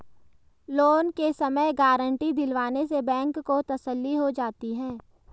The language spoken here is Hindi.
लोन के समय गारंटी दिलवाने से बैंक को तसल्ली हो जाती है